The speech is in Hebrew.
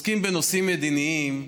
כשעוסקים בנושאים מדיניים,